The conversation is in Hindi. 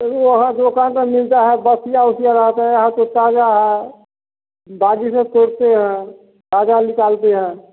तो वहाँ दुकान पे मिलता है बासीया वसीया रहता है यहाँ तो ताज़ा है बाकी सब तोड़ते हैं ताज़ा निकालते हैं